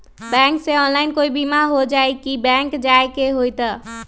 Bank से online कोई बिमा हो जाई कि बैंक जाए के होई त?